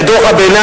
את דוח הביניים,